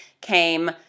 came